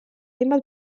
hainbat